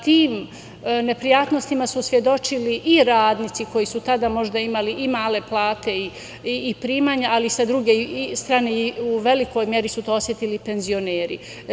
Tim neprijatnostima su svedočili i radnici koji su tada možda imali i male plate i primanja, ali sa druge strane i u velikoj meri su to osetili penzioneri.